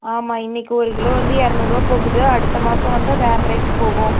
ஆமாம் இன்றைக்கு ஒரு கிலோ வந்து இருநூறுவா போகுது அடுத்த மாதம் வந்து வேறு ரேட்டு போகும்